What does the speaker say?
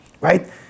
Right